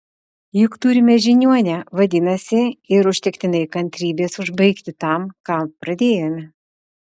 juk turime žiniuonę vadinasi ir užtektinai kantrybės užbaigti tam ką pradėjome